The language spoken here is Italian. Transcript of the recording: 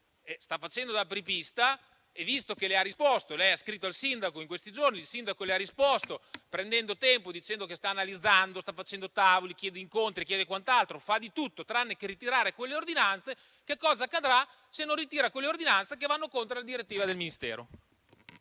sta facendo da apripista; visto che lei gli ha scritto in questi giorni e il sindaco le ha risposto prendendo tempo e dicendo che sta facendo analisi, incontri e quant'altro - fa di tutto tranne che ritirare quelle ordinanze - che cosa accadrà se non ritira quelle ordinanze che vanno contro la direttiva del Ministero?